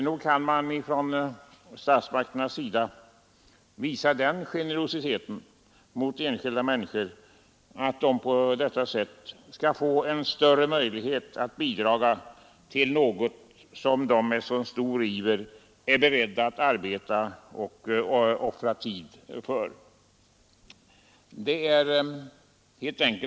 Nog kan statsmakterna visa den generositeten mot enskilda människor att man genom en avdragsrätt ger dem större möjligheter att bidra till något som de är så ivriga att arbeta och offra tid för.